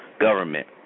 government